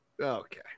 Okay